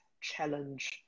challenge